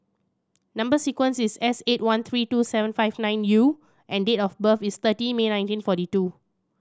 number sequence is S eight one three two seven five nine U and date of birth is thirty May nineteen forty two